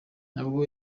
ntabwo